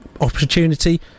opportunity